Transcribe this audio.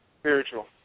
Spiritual